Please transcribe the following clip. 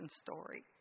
story